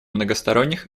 многосторонних